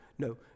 No